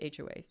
HOA's